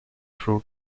true